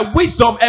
wisdom